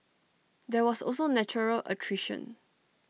there was also natural attrition